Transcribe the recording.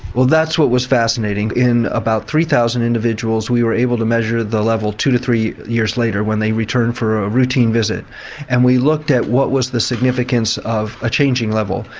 well that's what was fascinating, in about three thousand individuals we were able to measure the level two to three years later when they returned for a routine visit and we looked at what was the significance of a changing level.